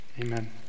amen